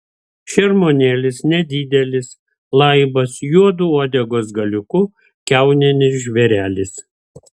šermuonėlis nedidelis laibas juodu uodegos galiuku kiauninis žvėrelis